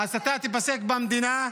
שההסתה תיפסק במדינה.